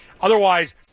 otherwise